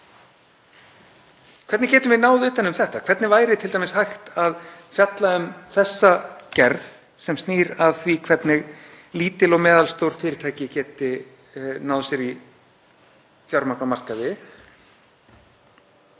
Hvernig getum við náð utan um þetta? Hvernig væri t.d. hægt að fjalla um þessa gerð sem snýr að því hvernig lítil og meðalstór fyrirtæki geta náð sér í fjármagn á markaði?